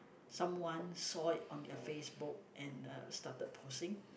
someone saw it on their Facebook and uh started posing